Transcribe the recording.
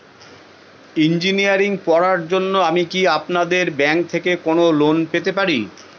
Engineering পড়ার জন্য আমি কি আপনাদের ব্যাঙ্ক থেকে কোন লোন পেতে পারি?